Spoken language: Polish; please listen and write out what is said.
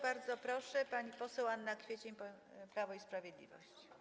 Bardzo proszę, pani poseł Anna Kwiecień, Prawo i Sprawiedliwość.